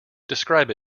describe